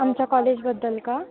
आमच्या कॉलेजबद्दल का